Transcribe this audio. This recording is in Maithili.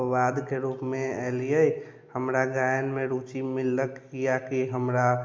अपवादके रूपमे एलियै हमरा गायनमे रुचि मिललक किआकि हमरा